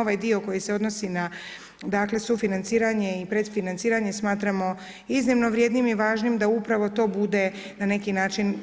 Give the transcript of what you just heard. Ovaj dio koji se odnosi na dakle sufinanciranje i predfinanciranje smatramo iznimno vrijednim i važnim da upravo to bude na neki način